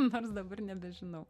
nors dabar nebežinau